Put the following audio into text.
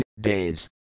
Days